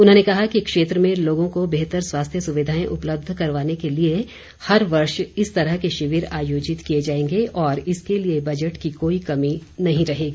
उन्होंने कहा कि क्षेत्र में लोगों को बेहतर स्वास्थ्य सुविधाएं उपलब्ध करवाने के लिए हर वर्ष इस तरह के शिविर आयोजित किए जाएंगे और इसके लिए बजट की कोई कमी नहीं रहेगी